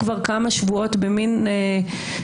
ומסיימים.